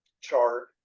chart